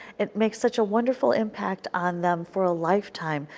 it makes such a wonderful impact on them for a lifetime,